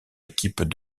équipes